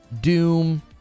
Doom